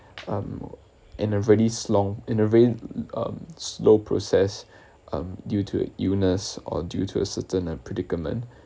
um in a really s~ long in the very um slow process um due to illness or due to a certain predicament